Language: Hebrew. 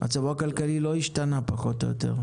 מצבו הכלכלי לא השתנה פחות או יותר.